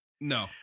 No